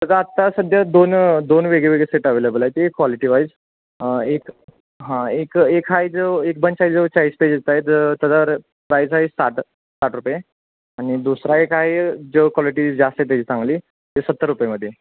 बघा आत्ता सध्या दोन दोन वेगवेगळे सेट अव्हेलेबल आहेत एक क्वालिटीवाईज एक हां एक एक आहे जो एक बंच आहे जो चाळीस पेजेसचा आहे त्याचा प्राईज आहे साठ साठ रुपये आणि दुसरा एक आहे जो क्वालिटी जास्त आहे त्याची चांगली ते सत्तर रुपयामध्ये